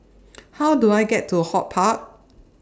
How Do I get to HortPark